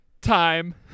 time